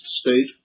state